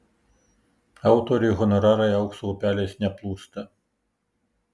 autoriui honorarai aukso upeliais neplūsta